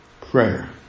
prayer